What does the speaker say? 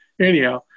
anyhow